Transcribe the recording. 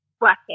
working